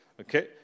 Okay